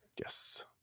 Yes